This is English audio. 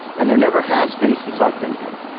and there never has been since i've been here.